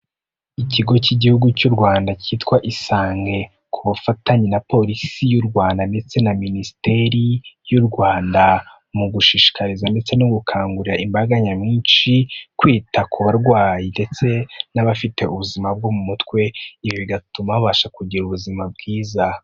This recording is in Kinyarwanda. Ikigo cy'Igihugu cy'u Rwanda cyitwa Isange, ku bufatanye na Polisi y'u Rwanda ndetse na Minisiteri y'u Rwanda, mu gushishikariza ndetse no gukangurira imbaga nyamwinshi kwita ku barwayi ndetse n'abafite ubuzima bwo mu mutwe, ibi bigatuma babasha kugira ubuzima bwiza.